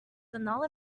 another